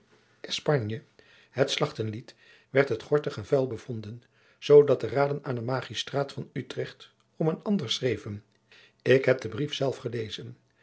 espargne het slachten liet werd het gortig en vuil bevonden zoodat de raden aan de magistraat van utrecht om een ander schreven ik heb den brief zelf gelezen